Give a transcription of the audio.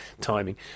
timing